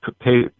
pay